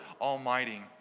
Almighty